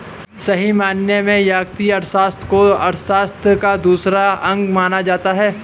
सही मायने में व्यष्टि अर्थशास्त्र को अर्थशास्त्र का दूसरा अंग माना जाता है